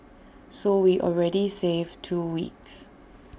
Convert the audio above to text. so we already save two weeks